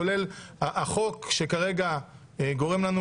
כולל החוק שכרגע גורם לנו